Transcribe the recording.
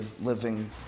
living